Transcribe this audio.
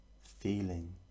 feeling